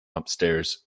upstairs